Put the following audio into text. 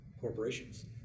corporations